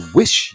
wish